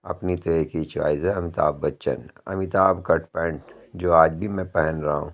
اپنی تو ایک ہی چوائس ہے امیتابھ بچن امیتابھ کٹ پینٹ جو آج بھی میں پہن رہا ہوں